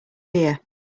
here